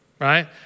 right